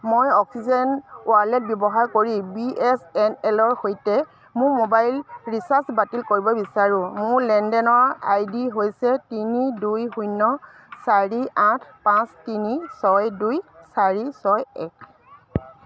মই oxygen wallet ব্যৱহাৰ কৰি বি এছ এন এলৰ সৈতে মোৰ মোবাইল ৰিচাৰ্জ বাতিল কৰিব বিচাৰোঁ মোৰ লেনদেনৰ আই ডি হৈছে তিনি দুই শূন্য চাৰি আঠ পাঁচ তিনি ছয় দুই চাৰি ছয় এক